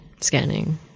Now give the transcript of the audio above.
scanning